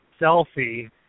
selfie